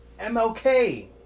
MLK